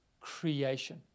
creation